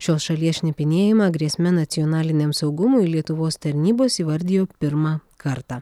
šios šalies šnipinėjimą grėsme nacionaliniam saugumui lietuvos tarnybos įvardijo pirmą kartą